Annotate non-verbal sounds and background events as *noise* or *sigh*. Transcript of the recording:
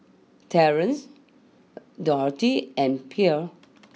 Terance *hesitation* Dorthey and Pierre